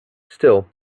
still